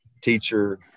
teacher